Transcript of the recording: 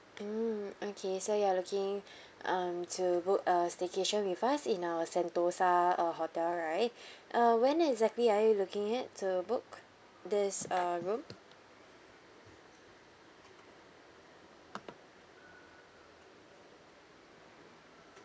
mm okay so you are looking um to book a staycation with us in our sentosa uh hotel right uh when exactly are you looking it to book this uh room